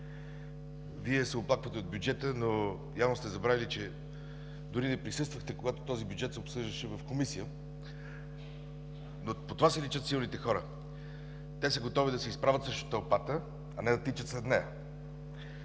Вие се оплаквате от бюджета, но явно сте забравили, че дори не присъствахте, когато този бюджет се обсъждаше в Комисията. По това си личат силните хора – те са готови да се изправят срещу тълпата, а не да тичат след нея.